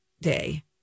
day